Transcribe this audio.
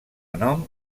nom